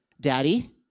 Daddy